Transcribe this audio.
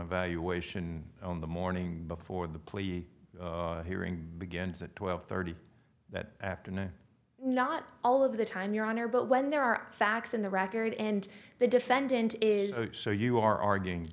evaluation on the morning before the plea hearing begins at twelve thirty that afternoon not all of the time your honor but when there are facts in the record and the defendant is so you are arguing